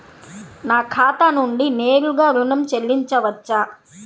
నా ఖాతా నుండి నేరుగా ఋణం చెల్లించవచ్చా?